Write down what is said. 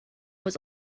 was